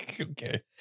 Okay